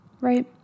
Right